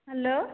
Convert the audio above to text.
hello